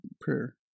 prayer